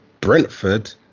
Brentford